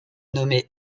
nommé